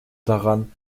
daran